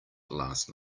last